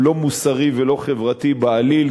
שהוא לא מוסרי ולא חברתי בעליל,